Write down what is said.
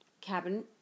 Cabin